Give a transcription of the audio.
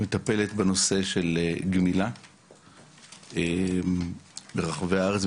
מטפלת בנושא של גמילה ברחבי הארץ,